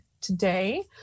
today